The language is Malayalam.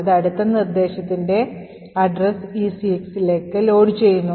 അത് അടുത്ത നിർദ്ദേശത്തിന്റെ വിലാസം ECXലേക്ക് ലോഡ് ചെയ്യുന്നു